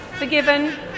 Forgiven